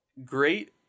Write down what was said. Great